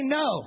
no